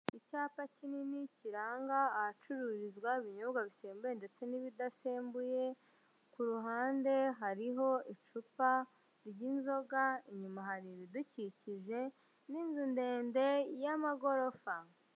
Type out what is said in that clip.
Icyapa kinini kiranga ahacururizwa ibinyobwa bisembuye ndetse n'ibidasembuye ku ruhande hariho icupa ry'inzoga inyuma hari ibidukikije n'inzu ndende y'amagorofa.